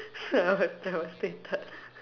I was devastated